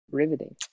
riveting